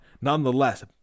nonetheless